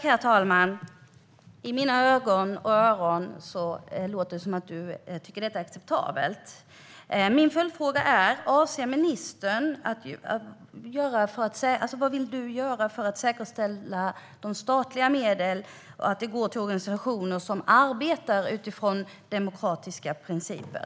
Herr talman! I mina öron låter det som att du, Alice Bah Kuhnke, tycker att detta är acceptabelt. Min följdfråga är: Vad vill du göra för att säkerställa att de statliga medlen går till organisationer som arbetar utifrån demokratiska principer?